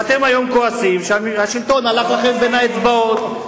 והיום אתם כועסים שהשלטון הלך לכם בין האצבעות.